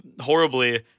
horribly